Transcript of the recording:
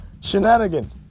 shenanigan